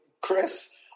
Chris